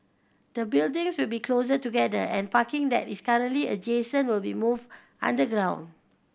the buildings will be closer together and parking that is currently adjacent will be moved underground